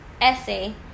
essay